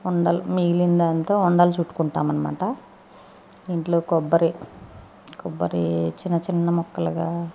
ఉండలు మిగిలిన దాంతో ఉండలు చుట్టుకుంటాం అన్నమాట ఇంట్లో కొబ్బరి కొబ్బరి చిన్న చిన్న ముక్కలుగా